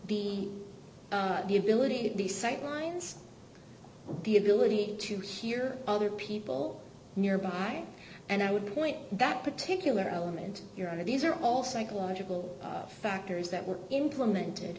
be the ability to be sightlines the ability to hear other people nearby and i would point that particular element your honor these are all psychological factors that were implemented